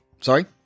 Sorry